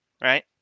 right